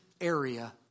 area